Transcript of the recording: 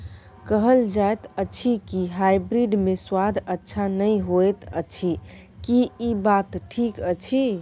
कहल जायत अछि की हाइब्रिड मे स्वाद अच्छा नही होयत अछि, की इ बात ठीक अछि?